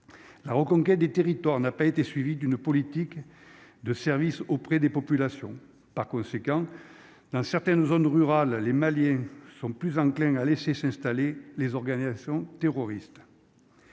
la reconquête des territoires n'a pas été suivie d'une politique de service auprès des populations, par conséquent, dans certaines zones rurales, les Maliens sont plus enclins à laisser s'installer les organisations terroristes.